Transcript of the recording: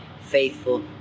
faithful